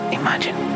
imagine